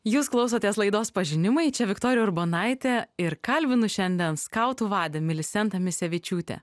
jūs klausotės laidos pažinimai čia viktorija urbonaitė ir kalbinu šiandien skautų vadę milisentą misevičiūtę